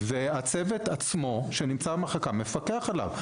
והצוות עצמו שנמצא במחלקה מפקח עליו.